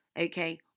Okay